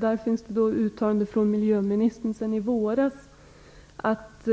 Det finns ett uttalande av miljöministern från i våras om att